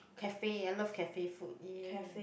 cafe I love cafe food ya